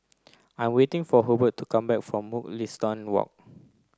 I waiting for Hubert to come back from Mugliston Walk